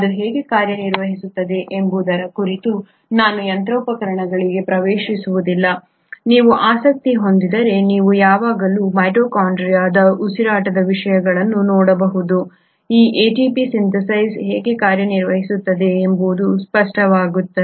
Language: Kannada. ಅದು ಹೇಗೆ ಕಾರ್ಯನಿರ್ವಹಿಸುತ್ತದೆ ಎಂಬುದರ ಕುರಿತು ನಾನು ಯಂತ್ರೋಪಕರಣಗಳಿಗೆ ಪ್ರವೇಶಿಸುವುದಿಲ್ಲ ನೀವು ಆಸಕ್ತಿ ಹೊಂದಿದ್ದರೆ ನೀವು ಯಾವಾಗಲೂ ಮೈಟೊಕಾಂಡ್ರಿಯದ ಉಸಿರಾಟದ ವಿಷಯಗಳನ್ನು ನೋಡಬಹುದು ಈ ಎಟಿಪಿ ಸಿಂಥೇಸ್ ಹೇಗೆ ಕಾರ್ಯನಿರ್ವಹಿಸುತ್ತದೆ ಎಂಬುದು ಸ್ಪಷ್ಟವಾಗುತ್ತದೆ